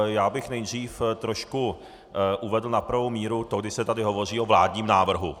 Já bych nejdřív trošku uvedl na pravou míru to, když se tady hovoří o vládním návrhu.